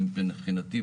כי מבחינתי,